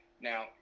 Now